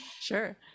sure